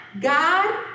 God